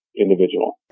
individual